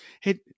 hey